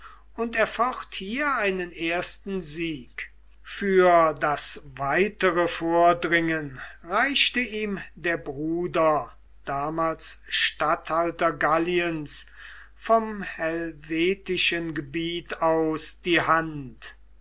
und erfocht hier einen ersten sieg für das weitere vordringen reichte ihm der bruder damals statthalter galliens vom helvetischen gebiet aus die hand